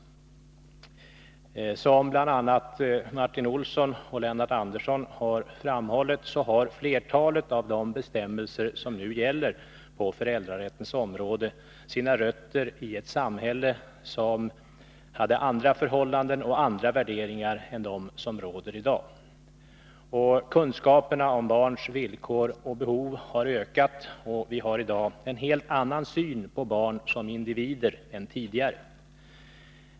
Som bl.a. Martin Olsson och Lennart Andersson framhållit har flertalet av de bestämmelser som nu gäller på föräldrarättens område sina rötter i ett samhälle som hade andra förhållanden och andra värderingar än de som råder i dag. Kunskaperna om barns villkor och behov har ökat, och vi har i dag en helt annan syn på barn som individer än tidigare.